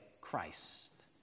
Christ